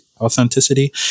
authenticity